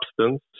substance